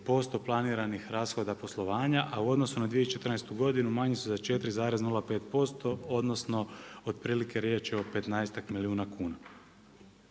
96,43% planiranih rashoda poslovanja, a u odnosu na 2014. godinu manji su za 4,05% odnosno otprilike riječ je o petnaestak milijuna kuna.